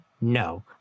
No